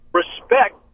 respect